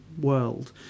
world